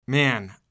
Man